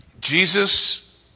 Jesus